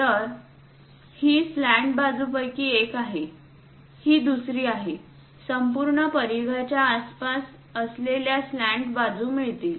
तर ही स्लॅन्ट बाजूपैकी एक आहे ही दुसरी आहे संपूर्ण परिघाच्या आसपास आपल्याल्या स्लॅन्ट बाजू मिळतील